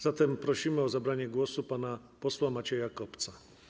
Zatem prosimy o zabranie głosu pana posła Macieja Kopca.